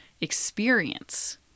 experience